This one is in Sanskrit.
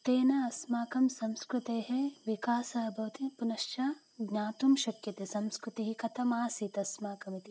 तेन अस्माकं संस्कृतेः विकासः भवति पुनश्च ज्ञातुं शक्यते संस्कृतिः कथमासीत् अस्माकमिति